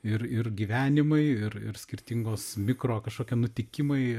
ir ir gyvenimai ir ir skirtingos mikro kažkokie nutikimai